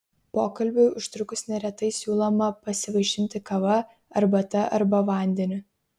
pokalbiui užtrukus neretai siūloma pasivaišinti kava arbata arba vandeniu